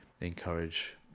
encourage